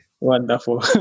wonderful